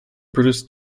produce